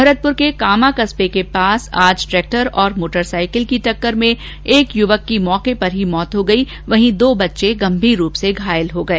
भरतपुर के कामा कस्बे में आज ट्रैक्टर और मोटरसाइकिल की टक्कर में एक युवक की मौके पर ही मौत हो गई तो वहीं दो बच्चे गंभीर रूप से घायल हो गए